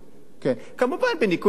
כמובן בניכוי של,